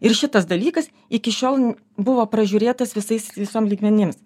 ir šitas dalykas iki šiol n buvo pražiūrėtas visais visom lygmenim